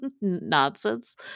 nonsense